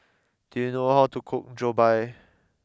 do you know how to cook Jokbal